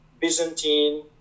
Byzantine